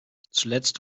zuletzt